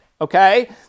okay